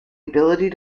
ability